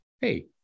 Hey